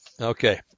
Okay